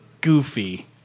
goofy